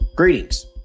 Greetings